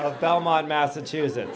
the belmont massachusetts